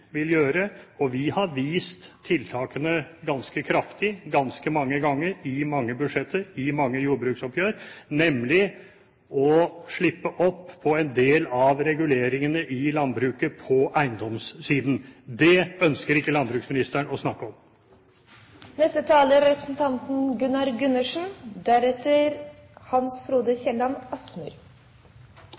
vil gjøre. Vi har vist tiltakene ganske kraftig, ganske mange ganger, i mange budsjetter, i mange jordbruksoppgjør, nemlig å slippe opp på en del av reguleringene i landbruket på eiendomssiden. Det ønsker ikke landbruksministeren å snakke om. Jeg må bruke 3 minutter på Lundteigen. For jeg er